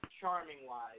charming-wise